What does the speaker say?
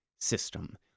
system